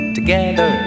together